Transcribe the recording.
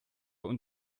und